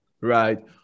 right